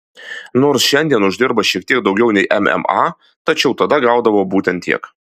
nors šiandien uždirba šiek tiek daugiau nei mma tačiau tada gaudavo būtent tiek